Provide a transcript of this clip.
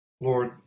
Lord